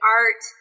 art